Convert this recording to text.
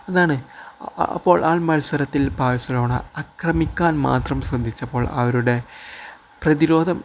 അതാണ് അപ്പോൾ ആ മത്സരത്തിൽ ബാഴ്സലോണ ആക്രമിക്കാൻ മാത്രം ശ്രദ്ധിച്ചപ്പോൾ അവരുടെ പ്രതിരോധം